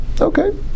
Okay